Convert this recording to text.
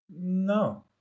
No